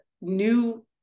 new